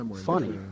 funny